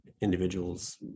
individuals